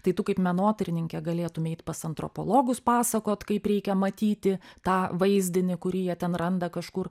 tai tu kaip menotyrininkė galėtum eit pas antropologus pasakot kaip reikia matyti tą vaizdinį kurį jie ten randa kažkur